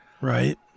Right